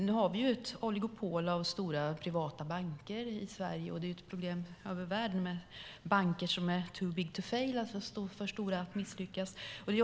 Vi har ett oligopol av stora, privata banker i Sverige, och det är ett problem över hela världen med banker som är för stora för att misslyckas, too big to fail.